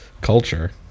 culture